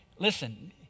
Listen